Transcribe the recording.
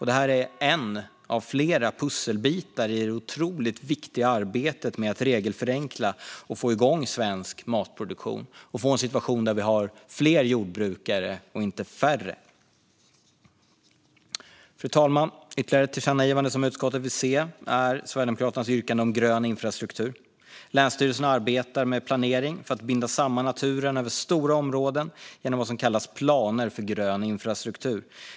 Det är en av flera pusselbitar i det otroligt viktiga arbetet med att regelförenkla för och få igång svensk matproduktion, så att vi får en situation där vi har fler jordbrukare - inte färre. Fru talman! Ytterligare ett tillkännagivande som utskottet vill se är Sverigedemokraternas yrkande om grön infrastruktur. Länsstyrelserna arbetar med planering för att binda samman naturen över stora områden genom något som kallas planer för grön infrastruktur.